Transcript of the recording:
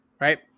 right